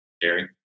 Gary